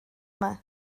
yma